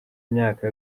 imyaka